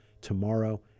tomorrow